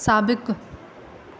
साबिक़ु